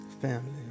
family